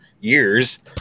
years